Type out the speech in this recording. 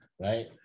right